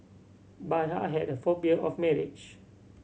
but I had a phobia of marriage